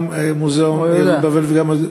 גם מוזיאון יהדות בבל,